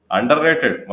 Underrated